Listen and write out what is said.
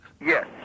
Yes